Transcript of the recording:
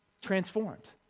transformed